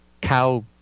cow